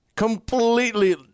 Completely